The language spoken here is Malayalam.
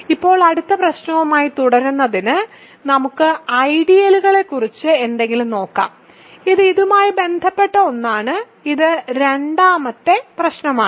ഇപ്പോൾ അടുത്ത പ്രശ്നവുമായി തുടരുന്നതിന് നമുക്ക് ഐഡിയലുകളെക്കുറിച്ച് എന്തെങ്കിലും നോക്കാം ഇത് ഇതുമായി ബന്ധപ്പെട്ട ഒന്നാണ് ഇത് രണ്ടാമത്തെ പ്രശ്നമാണ്